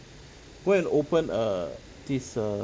go and open err this err